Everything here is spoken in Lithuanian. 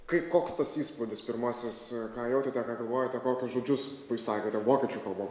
kaip koks tas įspūdis pirmasis ką jautėte ką galvojote kokius žodžius išsakėte vokiečių kalba